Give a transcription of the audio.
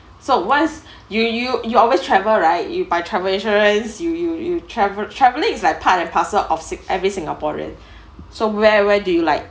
so once you you you always travel right you buy travel insurance you you you travelling is like part and parcel of sig~ every singaporean so where where do you like